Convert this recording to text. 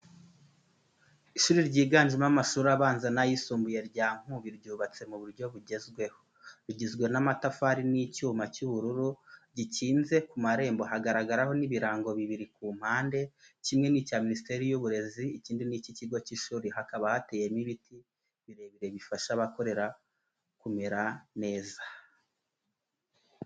Ishuri ryiganjemo amashuri abanza n’ayisumbuye rya Nkubi Ryubatswe mu buryo bugezweho, rigizwe n’amatafari n’icyuma cy'ubururu gikinze kumarembo Haragaragaraho n’ibirango bibiri ku mpande, kimwe nicya Minisiteri y’Uburezi ikindi niki kigo cy'ishuri hakaba hateyemo ibiti birebire bifasha abakorera kumererwa neza.